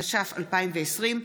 התש"ף 2020,